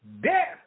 death